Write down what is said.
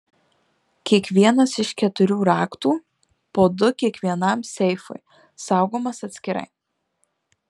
kiekvienas iš keturių raktų po du kiekvienam seifui saugomas atskirai